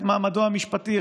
גם את מעמדו המשפטי,